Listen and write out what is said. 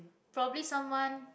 probably someone